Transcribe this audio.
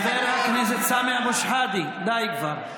שילכו הביתה, חבר הכנסת סמי אבו שחאדה, די כבר.